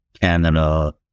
Canada